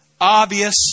obvious